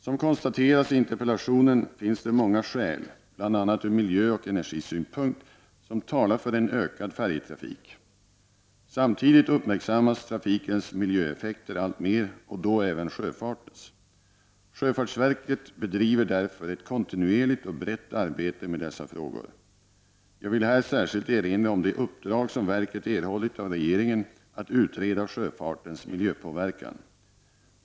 Som konstateras i interpellationen finns det många skäl, bl.a. ur miljöoch energisynpunkt, som talar för en ökad färjetrafik. Samtidigt uppmärksammas trafikens miljöeffekter alltmer, och då även sjöfartens. Sjöfartsverket bedriver därför ett kontinuerligt och brett arbete med dessa frågor. Jag vill här särskilt erinra om det uppdrag som verket erhållit av regeringen att utreda sjöfartens miljöpåverkan.